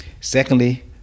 Secondly